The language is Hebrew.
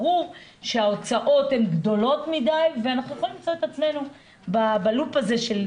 ברור שההוצאות גדולות מדי ואנחנו יכולים למצוא את עצמנו בלופ הזה.